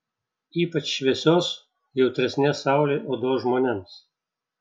ypač šviesios jautresnės saulei odos žmonėms